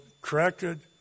corrected